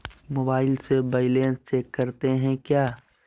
Mobile से balance check करते हैं क्या?